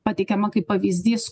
pateikiama kaip pavyzdys